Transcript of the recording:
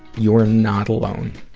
you're not alone.